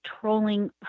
trolling